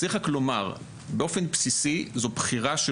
צריך רק לומר שבאופן בסיסי זאת בחירה של